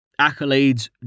Accolades